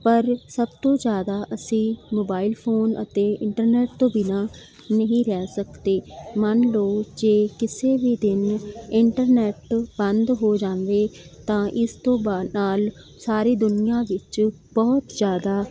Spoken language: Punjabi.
ਪਰ ਸਭ ਤੋਂ ਜ਼ਿਆਦਾ ਅਸੀਂ ਮੋਬਾਈਲ ਫੋਨ ਅਤੇ ਇੰਟਰਨੈੱਟ ਤੋਂ ਬਿਨਾਂ ਨਹੀਂ ਰਹਿ ਸਕਦੇ ਮੰਨ ਲਓ ਜੇ ਕਿਸੇ ਵੀ ਦਿਨ ਇੰਟਰਨੈੱਟ ਬੰਦ ਹੋ ਜਾਵੇ ਤਾਂ ਇਸ ਤੋਂ ਬਾ ਨਾਲ਼ ਸਾਰੀ ਦੁਨੀਆਂ ਵਿੱਚ ਬਹੁਤ ਜ਼ਿਆਦਾ